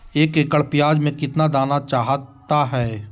एक एकड़ प्याज में कितना दाना चाहता है?